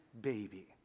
baby